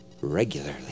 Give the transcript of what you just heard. regularly